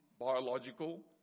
biological